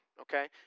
Okay